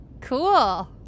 Cool